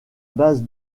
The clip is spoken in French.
base